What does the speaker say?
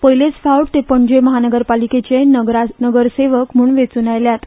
पयलेच फावट ते पणजी महानगरपालिकेचे नगरसेवक म्हण वेचून आयल्यात